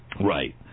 Right